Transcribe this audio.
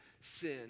sin